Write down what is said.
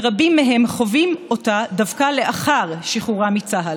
ורבים מהם חווים אותה דווקא לאחר שחרורם מצה"ל.